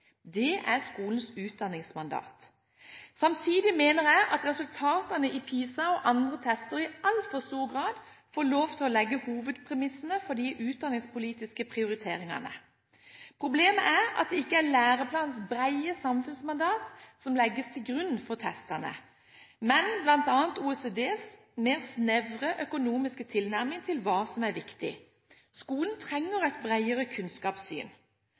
Det er skolens utdanningsmandat. Samtidig mener jeg at resultatene i PISA og andre tester i altfor stor grad får lov til å legge hovedpremissene for de utdanningspolitiske prioriteringene. Problemet er at det ikke er læreplanens brede samfunnsmandat som legges til grunn for testene, men bl.a. OECDs mer snevre økonomiske tilnærming til hva som er viktig. Skolen trenger et bredere kunnskapssyn